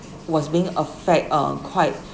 was being affect uh quite